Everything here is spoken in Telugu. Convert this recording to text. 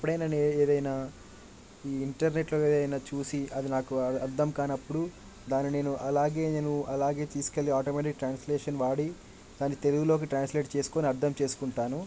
ఎప్పుడైనా నేను ఏదైనా ఈ ఇంటర్నెట్లో ఏదైనా చూసి అది నాకు అర్ధం కానప్పుడు దాన్ని నేను అలాగే నేను తీసుకు వెళ్ళి ఆటోమేటిక్ ట్రాన్స్లేషన్ వాడి దాన్ని తెలుగులోకి ట్రాన్స్లేట్ చేసుకుని అర్థం చేసుకుంటాను